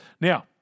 Now